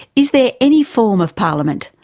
is there any form of parliament,